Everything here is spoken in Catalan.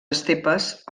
estepes